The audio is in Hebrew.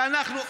ואנחנו,